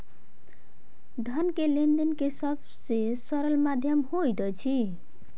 धन लेन देन के सब से सरल माध्यम होइत अछि